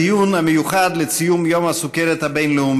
אנחנו פותחים כעת את הדיון המיוחד לציון יום הסוכרת הבינלאומי.